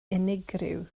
unigryw